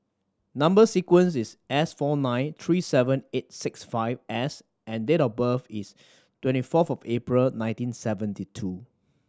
number sequence is S four nine three seven eight six five S and date of birth is twenty fourth of April nineteen seventy two